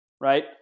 right